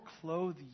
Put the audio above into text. clothe